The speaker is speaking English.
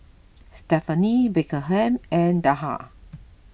Stephenie Beckham and Dahlia